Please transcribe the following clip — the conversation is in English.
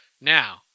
Now